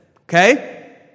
okay